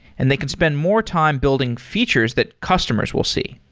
and they can spend more time building features that customers will see.